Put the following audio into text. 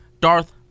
Darth